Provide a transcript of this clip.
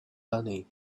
money